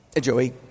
Joey